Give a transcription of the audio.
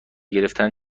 گرفتن